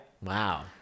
Wow